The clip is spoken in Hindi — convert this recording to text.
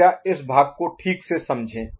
कृपया इस भाग को ठीक से समझें